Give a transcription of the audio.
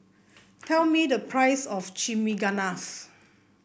tell me the price of Chimichangas